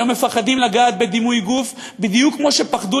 היום מפחדים לגעת בדימוי גוף בדיוק כמו שפחדו